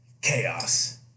chaos